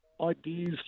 ideas